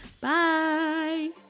Bye